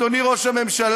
אדוני ראש הממשלה,